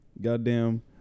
Goddamn